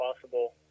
possible